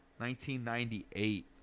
1998